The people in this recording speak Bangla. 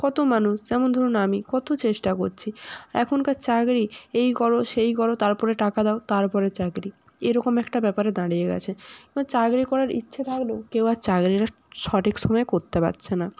কতো মানুষ যেমন ধরুন আমি কতো চেষ্টা করছি এখনকার চাকরি এই করো সেই করো তারপরে টাকা দাও তারপরে চাকরি এরকম একটা ব্যাপারে দাঁড়িয়ে গেছে এবার চাকরি করার ইচ্ছে থাকলেও কেউ আর চাকরিটা সঠিক সময়ে করতে পারছে না